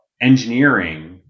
engineering